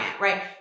right